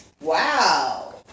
Wow